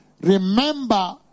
remember